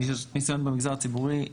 נסיון במגזר הציבורי,